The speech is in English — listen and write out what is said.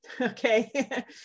Okay